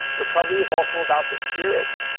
recovery is also about the spirit.